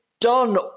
done